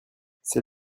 c’est